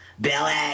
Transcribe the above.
Billy